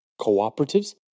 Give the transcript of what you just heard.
cooperatives